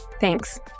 Thanks